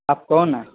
آپ کون ہیں